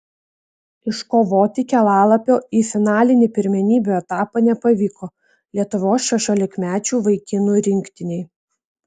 iškovoti kelialapio į finalinį pirmenybių etapą nepavyko lietuvos šešiolikmečių vaikinų rinktinei